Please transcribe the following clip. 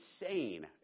insane